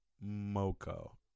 Moco